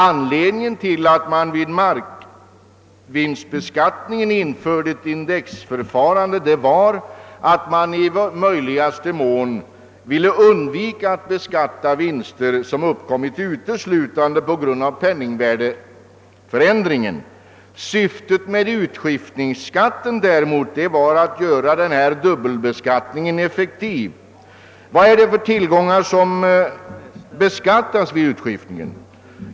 Anledningen till att man vid markvinstbeskattningen införde ett indexförfarande var att man i möjligaste mån ville undvika att beskatta vinster som uppkommit uteslutande på grund av penningvärdeförändringen. Syftet med <utskiftningsskatten var däremot att göra dubbelbeskattningen effektiv. Vad är det för tillgångar som beskattas vid utskiftningen?